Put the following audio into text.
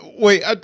Wait